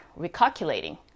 recalculating